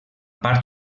part